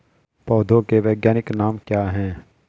पौधों के वैज्ञानिक नाम क्या हैं?